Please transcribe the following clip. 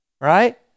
right